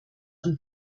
und